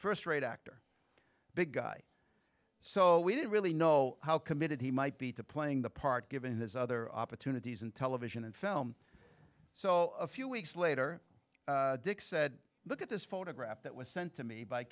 st rate actor big guy so we didn't really know how committed he might be to playing the part given his other opportunities in television and film so a few weeks later dick said look at this photograph that was sent to me